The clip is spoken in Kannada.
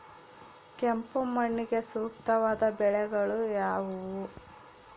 ಕೆಂಪು ಮಣ್ಣಿಗೆ ಸೂಕ್ತವಾದ ಬೆಳೆಗಳು ಯಾವುವು?